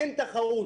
אין תחרות.